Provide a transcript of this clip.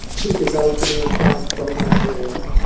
to develop the neuroscience program there,